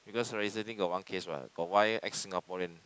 because recently got one case what got one ex Singaporean